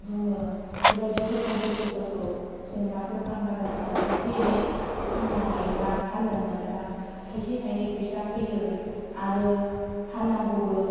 बेबायदि गोथाव बुस्थुफोरखौ दखान बाजारफोराव इसे इनै फाननो हायोब्ला फाननो मोनोब्ला थायसे थायनै फैसा फैयो आरो फाननांगौबो